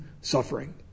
suffering